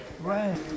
Right